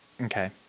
Okay